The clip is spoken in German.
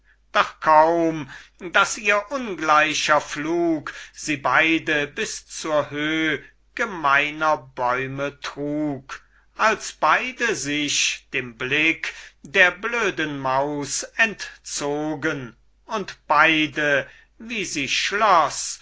doch kaum daß ihr ungleicher flug sie beide bis zur höh gemeiner bäume trug als beide sich dem blick der blöden maus entzogen und beide wie sie schloß